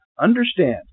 Understand